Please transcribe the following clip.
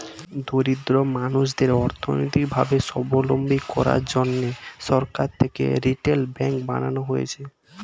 দরিদ্র মানুষদের অর্থনৈতিক ভাবে সাবলম্বী করার জন্যে সরকার থেকে রিটেল ব্যাঙ্ক বানানো হয়েছে